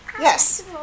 Yes